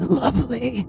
lovely